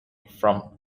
from